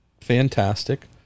fantastic